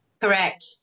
Correct